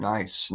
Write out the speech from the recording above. Nice